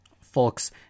Folks